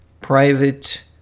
private